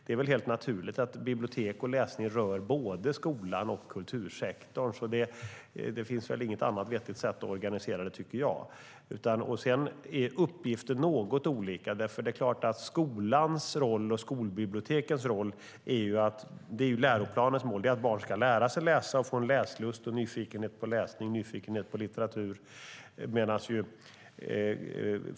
Det är väl helt naturligt att bibliotek och läsning rör både skolan och kultursektorn. Det finns inget annat vettigt sätt att organisera det, tycker jag. Sedan är uppgifterna något olika. Det är klart att skolans roll och skolbibliotekens roll är att uppfylla läroplanens mål: att barn ska lära sig läsa och få läslust och nyfikenhet på läsning och litteratur.